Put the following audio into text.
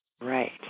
Right